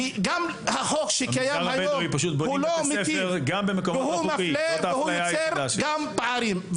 גם החוק שקיים היום הוא לא מיטיב והוא מפלה והוא יוצר גם פערים,